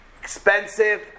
expensive